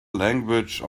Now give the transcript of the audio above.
language